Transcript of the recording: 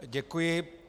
Děkuji.